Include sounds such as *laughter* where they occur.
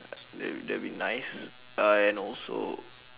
*noise* that that'll be nice uh and also